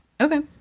Okay